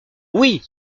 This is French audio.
oui